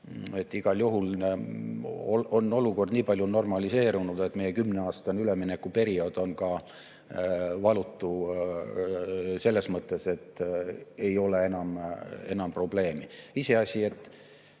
Igal juhul on olukord nii palju normaliseerunud, et meie kümneaastane üleminekuperiood on ka valutu, selles mõttes, et ei ole enam probleemi.